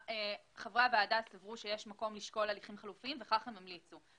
חברי הוועדה סברו שיש מקום לשקול הליכים חלופיים וכך גם הם המליצו.